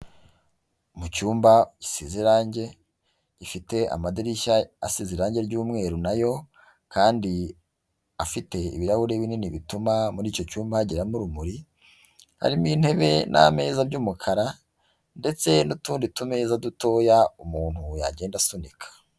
Mu cyumba gisize irangi, gifite amadirishya asize irangi ry'umweru na yo, kandi afite ibirahuri binini bituma muri icyo cyumba hageramo urumuri, harimo intebe n'ameza by'umukara, ndetse n'utundi tumeza dutoya umuntu yagenda asunika.